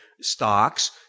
stocks